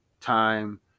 time